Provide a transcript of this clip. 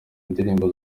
indirimbo